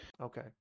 Okay